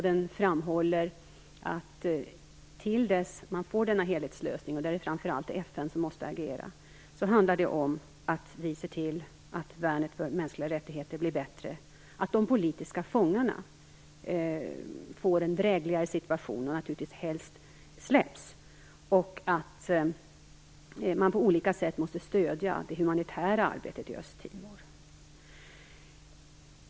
Den framhåller att det till dess man får denna helhetslösning, där det framför allt är FN som måste agera, handlar om att se till att värnet för mänskliga rättigheter blir bättre och att de politiska fångarna får en drägligare situation och helst släpps. Man måste på olika sätt stödja det humanitära arbetet i Östtimor.